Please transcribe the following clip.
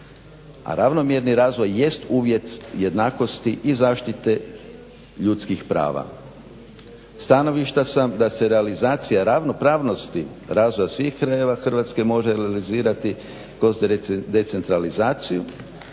a ravnomjerni razvoj jest uvjet jednakosti i zaštite ljudskih prava. Stanovišta sam da se realizacija ravnopravnosti razvoja svih krajeva Hrvatske može realizirati kroz decentralizaciju,